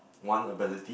one ability